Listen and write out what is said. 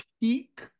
peak